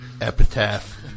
Epitaph